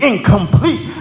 Incomplete